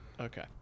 Okay